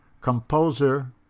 composer